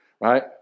right